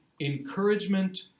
encouragement